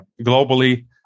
globally